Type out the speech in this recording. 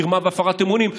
מרמה והפרת אמונים,